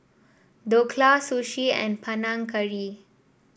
Dhokla Sushi and Panang Curry